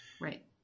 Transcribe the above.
Right